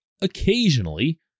occasionally